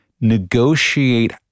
negotiate